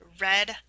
red